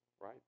right